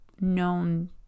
known